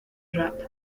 rap